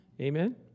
Amen